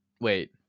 wait